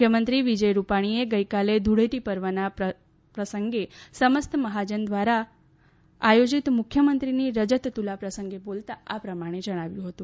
મુખ્યમંત્રી વિજય રૂપાણીએ ગઇકાલે ધુળેટીના પર્વ પ્રસંગે સમસ્ત મહાજન દ્વારા આયોજીત મુખ્યમંત્રીની રજત તુલા પ્રસંગે બોલતા આ મુજબ જણાવ્યું હતું